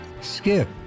Skip